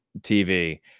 tv